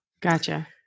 Gotcha